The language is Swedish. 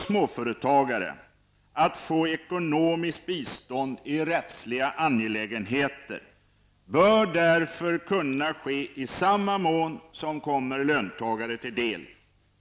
Småföretagare bör kunna få ekonomiskt bistånd i rättsliga angelägenheter i samma mån som det kommer löntagare till del.